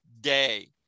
day